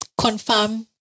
confirm